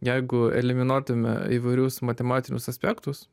jeigu eliminuotume įvairius matematinius aspektus